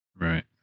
Right